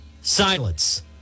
silence